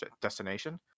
destination